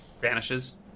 vanishes